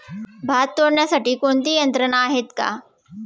भात तोडण्यासाठी कोणती यंत्रणा आहेत का?